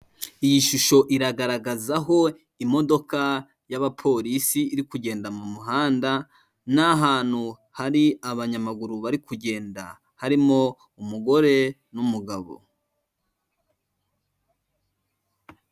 Iyi shusho iragaragazaho imodoka y'abapolisi iri kugenda mu muhanda, n'ahantu hari abanyamaguru bari kugenda, harimo umugore n'umugabo.